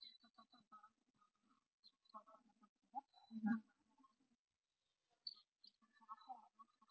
mmhmm